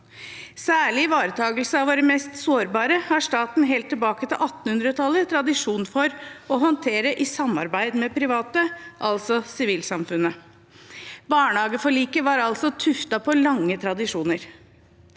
Særlig ivaretagelse av våre mest sårbare har staten – helt tilbake til 1800-tallet – tradisjon for å håndtere i samarbeid med private, altså sivilsamfunnet. Barnehageforliket var altså tuftet på lange tradisjoner.